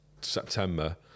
September